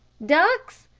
ducks,